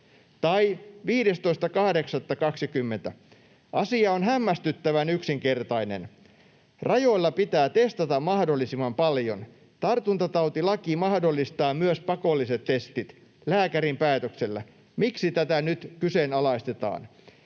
Tai 15.8.20: ”Asia on hämmästyttävän yksinkertainen: rajoilla pitää testata mahdollisimman paljon. Tartuntatautilaki mahdollistaa myös pakolliset testit — lääkärin päätöksellä. Miksi tätä nyt kyseenalaistetaan?”